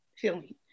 feeling